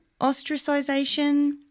ostracization